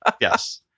Yes